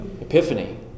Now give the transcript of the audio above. Epiphany